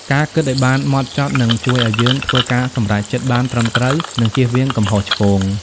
ការគិតឲ្យបានហ្មត់ចត់ នឹងជួយឲ្យយើងធ្វើការសម្រេចចិត្តបានត្រឹមត្រូវ និងជៀសវាងកំហុសឆ្គង។